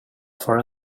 for